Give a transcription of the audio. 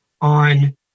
on